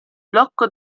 blocco